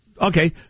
Okay